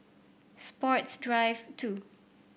Sports Drive Two